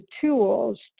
tools